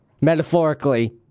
Metaphorically